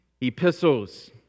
Epistles